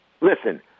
Listen